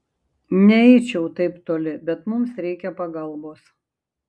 neeičiau taip toli bet mums reikia pagalbos